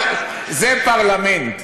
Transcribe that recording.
זה פרלמנט.